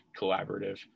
collaborative